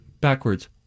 Backwards